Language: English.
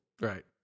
Right